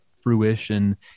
fruition